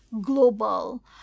global